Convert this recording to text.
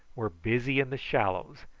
were busy in the shallows,